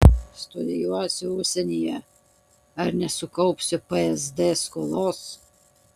studijuosiu užsienyje ar nesukaupsiu psd skolos